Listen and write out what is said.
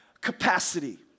capacity